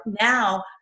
Now